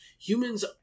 Humans